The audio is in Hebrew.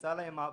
שנעשה להם עוול.